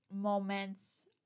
moments